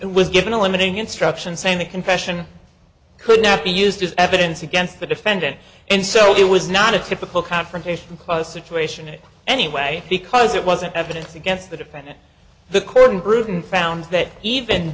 was given a limiting instruction saying the confession could not be used as evidence against the defendant and so it was not a typical confrontation clause situation it anyway because it wasn't evidence against the defendant the curtain bruton found that even